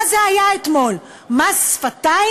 מה זה היה אתמול, מס שפתיים?